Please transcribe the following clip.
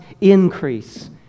increase